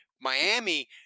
Miami